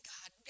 God